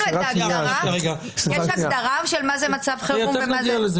יש הגדרה של מצב חירום?